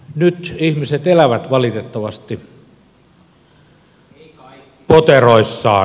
nyt ihmiset elävät valitettavasti poteroissaan